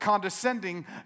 condescending